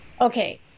Okay